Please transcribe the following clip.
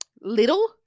little